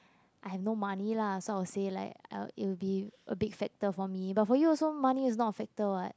I have no money lah so I'll say like I'll it will be a big factor for me but for you also money is not a factor what